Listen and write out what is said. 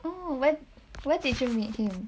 oh where where did you meet him